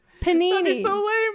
Panini